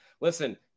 listen